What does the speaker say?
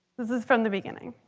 this is from the beginning.